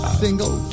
single